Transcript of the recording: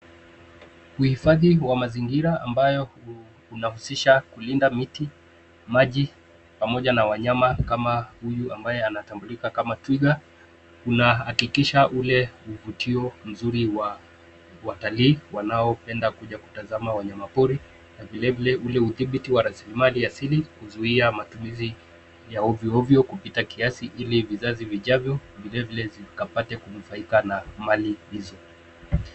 Uhifadhi wa mazingira ambayo unahusisha kulinda miti, maji pamoja na wanyama kama huyu ambaye anatambulika kama twiga unahakikisha ule mvutio mzuri wa watalii wanaopenda kuja kutazama wanyamapori na vilevile ule udhibiti wa rasilimali asili kuzuia matumizi ya ovyo ovyo kupita kiasi ili vizazi vijavyo vilevile zikapate kunufaika na mali hizo.